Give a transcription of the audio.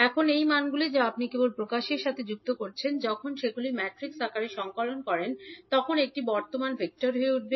এখন এই মানগুলি যা আপনি কেবল প্রকাশের সাথে যুক্ত করেছেন যখন সেগুলি ম্যাট্রিক্স আকারে সংকলন করুন এটি বর্তমান ভেক্টর হয়ে উঠবে